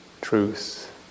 truth